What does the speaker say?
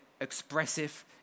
expressive